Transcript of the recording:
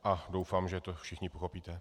A doufám, že to všichni pochopíte.